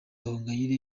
gahongayire